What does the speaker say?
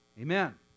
Amen